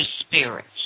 spirits